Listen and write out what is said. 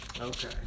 Okay